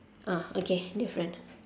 ah okay different